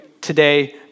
today